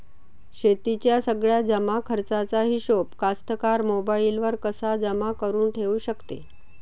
शेतीच्या सगळ्या जमाखर्चाचा हिशोब कास्तकार मोबाईलवर कसा जमा करुन ठेऊ शकते?